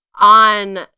on